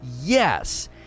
yes